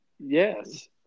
Yes